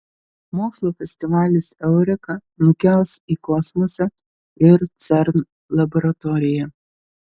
mokslo festivalis eureka nukels į kosmosą ir cern laboratoriją